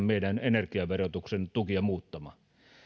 meidän energiaverotuksemme tukia muuttamaan